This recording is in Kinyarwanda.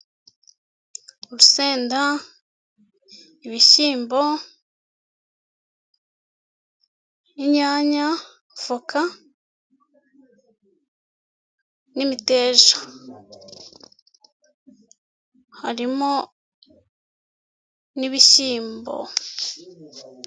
Urusenda, ibishyimbo, inyanya, voka, n’imiteja. Harimo n'ibishyimbo.